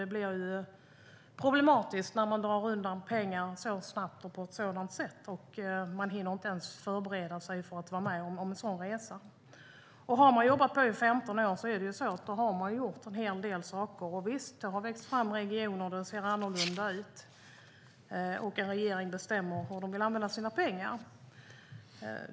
Det blir då problematiskt när pengar dras undan så snabbt och på ett sådant sätt att man inte ens hinner förbereda sig för att vara med om en sådan resa. Har man jobbat i över 15 år har man gjort en hel del saker. Visst, det har växt fram regioner och det ser annorlunda ut, och en regering bestämmer hur den vill använda sina pengar.